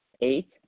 Eight